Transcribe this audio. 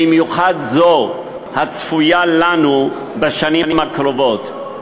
במיוחד זו הצפויה לנו בשנים הקרובות,